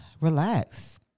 relax